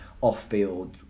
off-field